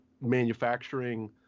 manufacturing